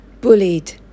bullied